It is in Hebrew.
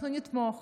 אנחנו נתמוך